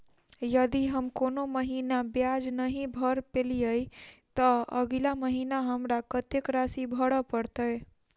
यदि हम कोनो महीना ब्याज नहि भर पेलीअइ, तऽ अगिला महीना हमरा कत्तेक राशि भर पड़तय?